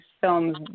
films